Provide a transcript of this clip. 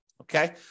Okay